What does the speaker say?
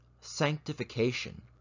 sanctification